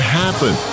happen